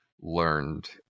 learned